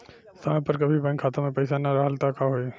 समय पर कभी बैंक खाता मे पईसा ना रहल त का होई?